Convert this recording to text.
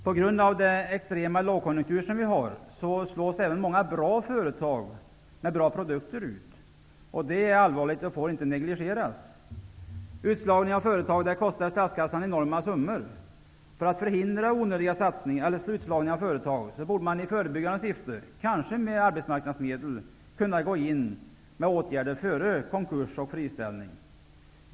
På grund av den för närvarande extrema lågkonjunkturen slås även många bra företag med bra produkter ut. Detta är allvarligt och får inte negligeras. Utslagningen av företag kostar statskassan enorma summor. För att förhindra onödiga utslagningar av företag borde man i förebyggande syfte, kanske med arbetsmarknadsmedel, kunna sätta in åtgärder före konkurs och friställning.